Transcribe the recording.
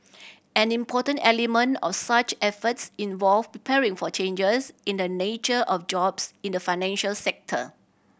an important element of such efforts involve preparing for changes in the nature of jobs in the financial sector